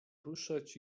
ruszać